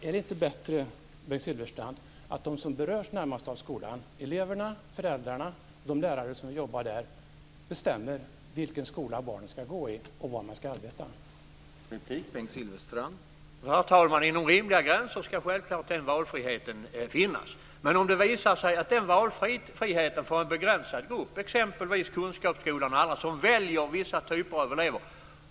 Är det inte bättre, Bengt Silfverstrand, att de som berörs närmast av skolan, nämligen eleverna, föräldrarna och de lärare som jobbar där, bestämmer vilken skola barnen ska gå i och vad man ska arbeta med?